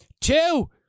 two